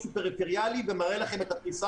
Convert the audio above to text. לאזור פריפריאלי ומראה לכם את הפריסה